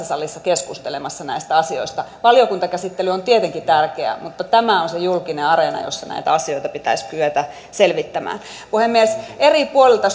salissa keskustelemassa näistä asioista valiokuntakäsittely on tietenkin tärkeä mutta tämä on se julkinen areena jolla näitä asioita pitäisi kyetä selvittämään puhemies eri puolilta